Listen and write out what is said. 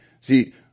See